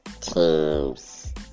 teams